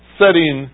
setting